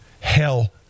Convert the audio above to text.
hell